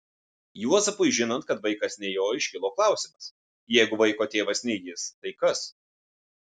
juozapui žinant kad vaikas ne jo iškilo klausimas jeigu vaiko tėvas ne jis tai kas